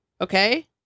Okay